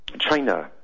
China